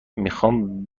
میخام